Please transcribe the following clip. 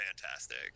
fantastic